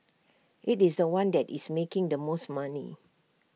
IT is The One that is making the most money